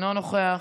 אינו נוכח,